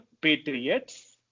Patriots